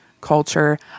culture